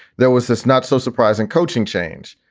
there was this not so surprising coaching change.